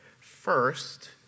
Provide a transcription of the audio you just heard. first